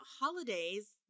holidays